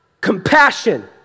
compassion